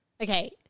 Okay